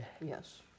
Yes